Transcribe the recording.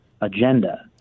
agenda